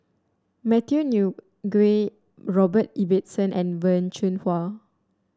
Matthew new gui Robert Ibbetson and Wen Jinhua